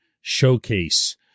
showcase